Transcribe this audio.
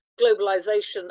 globalization